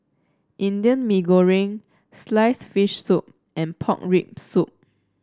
Indian Mee Goreng sliced fish soup and Pork Rib Soup